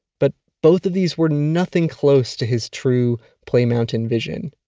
but both of these were nothing close to his true play mountain vision.